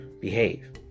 behave